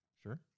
Sure